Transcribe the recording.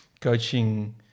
coaching